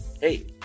Hey